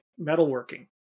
metalworking